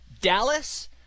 Dallas